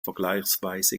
vergleichsweise